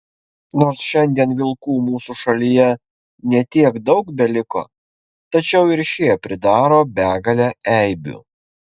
nors šiandien vilkų mūsų šalyje ne tiek daug beliko tačiau ir šie pridaro begalę eibių